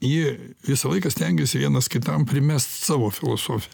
jie visą laiką stengiasi vienas kitam primest savo filosofi